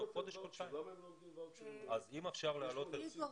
אם אפשר להעלות את זה.